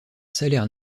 salaire